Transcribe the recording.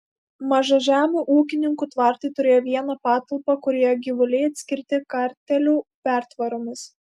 mažažemių ūkininkų tvartai turėjo vieną patalpą kurioje gyvuliai atskirti kartelių pertvaromis